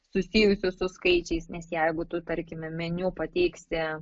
susijusius su skaičiais nes jeigu tu tarkime meniu pateiksi